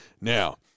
Now